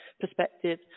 perspective